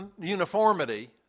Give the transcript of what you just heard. uniformity